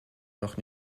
doch